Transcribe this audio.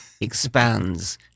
expands